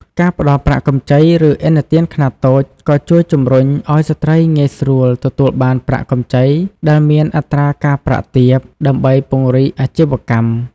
ការផ្តល់ប្រាក់កម្ចី ឬឥណទានខ្នាតតូច ក៏ជួយជំរុញឲ្យស្ត្រីងាយស្រួលទទួលបានប្រាក់កម្ចីដែលមានអត្រាការប្រាក់ទាប ដើម្បីពង្រីកអាជីវកម្ម។